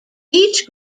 each